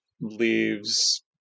leaves